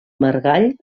margall